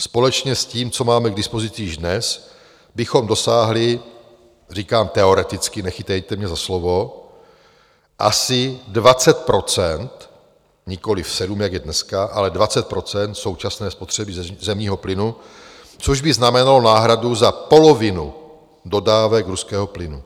Společně s tím, co máme k dispozici již dnes, bychom dosáhli, říkám teoreticky, nechytejte mě za slovo, asi 20 %, nikoli 7, jak je dneska, ale 20 % současné spotřeby zemního plynu, což by znamenalo náhradu za polovinu dodávek ruského plynu.